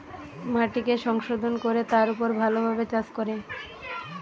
মাটিকে সংশোধন কোরে তার উপর ভালো ভাবে চাষ করে